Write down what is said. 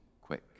quick